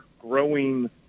growing